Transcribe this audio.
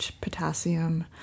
potassium